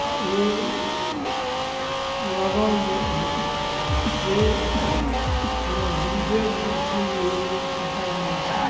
ओ लगाव जे अछि से हमर गुरुदेव रहथिन मेजर सीताराम मिश्रा